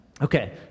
okay